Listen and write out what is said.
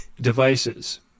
devices